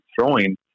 throwing